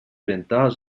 ventajas